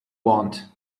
want